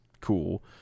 cool